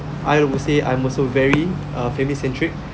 I would say I'm also very uh family centric